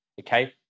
Okay